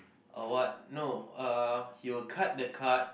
or what no uh he will cut the card